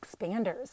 expanders